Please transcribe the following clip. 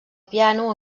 piano